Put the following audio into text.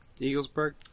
Eaglesburg